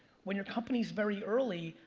when your company's very early,